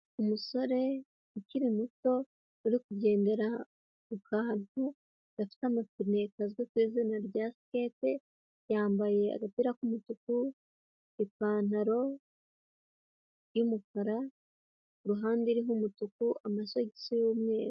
Umusore ukiri muto uri kugendera ku kantu gadafite amapine kazwi ku izina rya sikete, yambaye agapira k'umutuku, ipantaro y'umukara, uruhande rw'umutuku, amasogisi y'umweru.